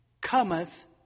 cometh